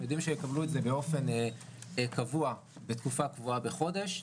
הם יודעים שהם יקבלו את זה באופן קבוע בתקופה קבועה בחודש,